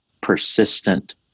persistent